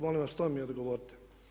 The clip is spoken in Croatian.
Molim vas to mi odgovorite.